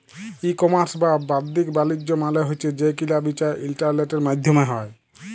ই commerce বা বাদ্দিক বালিজ্য মালে হছে যে কিলা বিচা ইলটারলেটের মাইধ্যমে হ্যয়